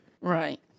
Right